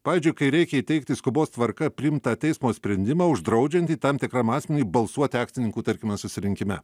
pavyzdžiui kai reikia įteikti skubos tvarka priimtą teismo sprendimą uždraudžiantį tam tikram asmeniui balsuoti akcininkų tarkime susirinkime